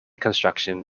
construction